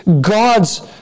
God's